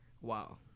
wow